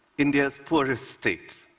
india's poorest state,